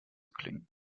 klingen